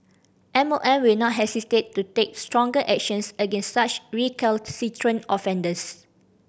M O M will not hesitate to take stronger actions against such recalcitrant offenders